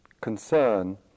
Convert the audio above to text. concern